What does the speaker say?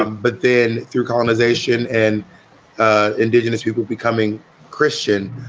ah but then through colonization and indigenous people becoming christian,